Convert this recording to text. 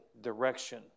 direction